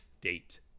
Date